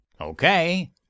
Okay